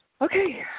Okay